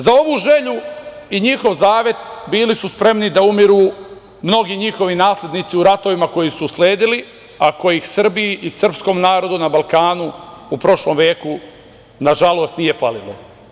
Za ovu želju i njihov zavet bili su spremni da umiru mnogi njihovi naslednici u ratovima koji su sledili, a kojih Srbiji i srpskom narodu na Balkanu u prošlom veku nažalost nije falilo.